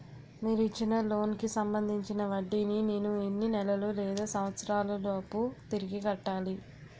మీరు ఇచ్చిన లోన్ కి సంబందించిన వడ్డీని నేను ఎన్ని నెలలు లేదా సంవత్సరాలలోపు తిరిగి కట్టాలి?